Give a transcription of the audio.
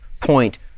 point